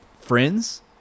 friends